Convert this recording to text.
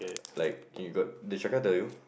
like you got did Shakira tell you